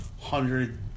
hundred